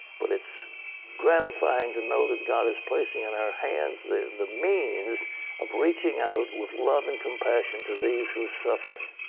but it is gratifying to know that god is placing in our hands the the means of reaching out with love and compassion to these who are suffering.